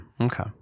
Okay